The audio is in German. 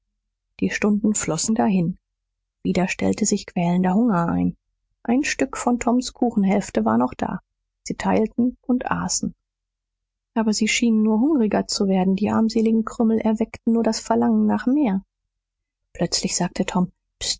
die stunden flossen dahin wieder stellte sich quälender hunger ein ein stück von toms kuchenhälfte war noch da sie teilten und aßen sie aber sie schienen nur hungriger zu werden die armseligen krümel erweckten nur das verlangen nach mehr plötzlich sagte tom